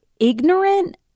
ignorant